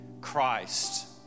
Christ